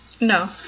No